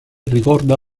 ricorda